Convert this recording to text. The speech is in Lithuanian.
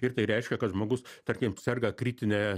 ir tai reiškia kad žmogus tarkim serga kritine